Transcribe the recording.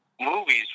Movies